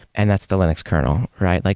and that's the linux kernel, right? like